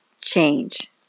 change